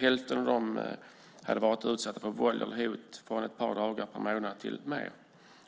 Hälften av dem har utsatts för våld eller hot under ett par dagar eller mer